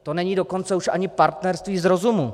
To není dokonce už ani partnerství z rozumu.